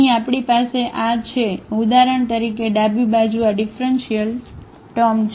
તેથી અહીં આપણી પાસે આ છે ઉદાહરણ તરીકે ડાબી બાજુ આ ઙીફરન્શીઅલ ટમૅ છે